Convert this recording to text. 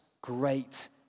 great